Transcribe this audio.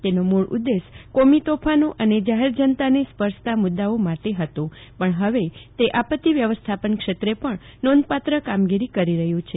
તેનો મૂળ ઉદેશ કોમી તોફાનો અને જાહેર જનતાને સ્પર્શતા મૂદાઓ માટે હતો પણ હવે આરએએફ આપતી વ્યવસ્થાપન ક્ષેત્રે પણ નોંઘપાત્ર કામગીરી કરી રહયું છે